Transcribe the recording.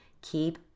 keep